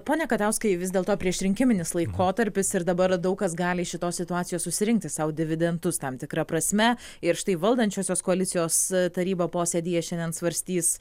pone katauskai vis dėlto priešrinkiminis laikotarpis ir dabar daug kas gali iš šitos situacijos susirinkti sau dividendus tam tikra prasme ir štai valdančiosios koalicijos taryba posėdyje šiandien svarstys